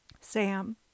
Sam